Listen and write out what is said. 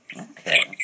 Okay